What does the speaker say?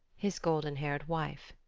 his golden-haired wife.